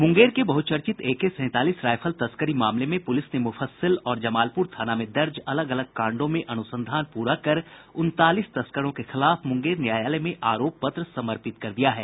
मुंगेर के बहुचर्चित एके सैंतालीस राइफल तस्करी मामले में पुलिस ने मुफस्सिल और जमालपुर थाना में दर्ज अलग अलग कांडों में अनुसंधान पूरा कर उनतालीस तस्करों के खिलाफ मुंगेर न्यायालय में आरोप पत्र समर्पित कर दिया है